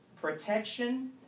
Protection